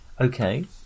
Okay